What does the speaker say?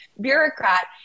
bureaucrat